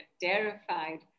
terrified